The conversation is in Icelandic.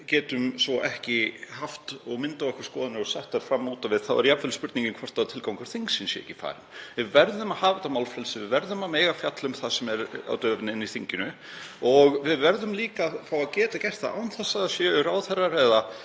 getum svo ekki haft og myndað okkur skoðanir og sett þær fram út á við þá er jafnvel spurning hvort tilgangur þingsins sé ekki farinn. Við verðum að hafa þetta málfrelsi. Við verðum að mega fjalla um það sem er á döfinni í þinginu og við verðum líka að fá að geta gert það án þess að ráðherrar eða